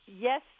yes